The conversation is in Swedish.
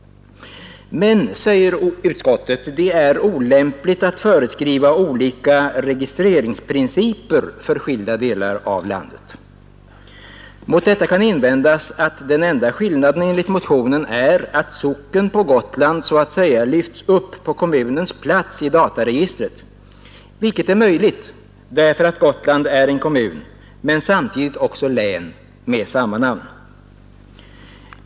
Men, säger utskottet, det är olämpligt att föreskriva olika registreringsprinciper för skilda delar av landet. Mot detta kan invändas att den enda skillnaden enligt motionen är att socken på Gotland så att säga lyfts upp på kommunens plats i dataregistret, vilket är möjligt, därför att Gotland är en kommun men samtidigt också län med samma namn.